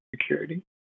security